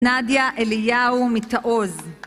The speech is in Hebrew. נדיה אליהו מתעוז